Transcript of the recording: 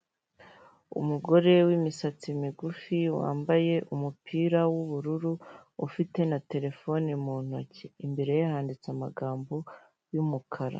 Umugore wimisatsi migufi wambaye umupira w'ubururu, ufite na terefone mu ntoki. Imbere ye handitse amagambo y'umukara.